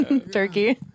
Turkey